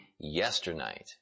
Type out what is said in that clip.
Yesternight